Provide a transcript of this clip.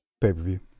pay-per-view